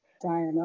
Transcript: Diana